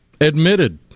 admitted